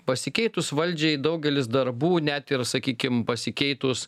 pasikeitus valdžiai daugelis darbų net ir sakykim pasikeitus